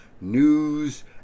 news